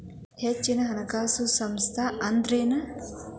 ಹೆಚ್ಚಿನ ಹಣಕಾಸಿನ ಸಂಸ್ಥಾ ಅಂದ್ರೇನು?